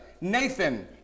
Nathan